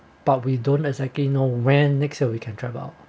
but we don't exactly know when next year we can travel out